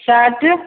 shirt